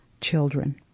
children